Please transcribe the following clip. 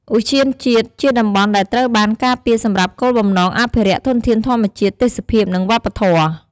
ឧទ្យានជាតិជាតំបន់ដែលត្រូវបានការពារសម្រាប់គោលបំណងអភិរក្សធនធានធម្មជាតិ ទេសភាព និងវប្បធម៌។